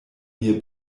mir